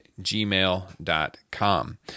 gmail.com